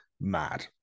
mad